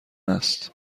است